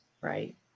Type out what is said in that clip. Right